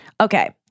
Okay